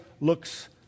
looks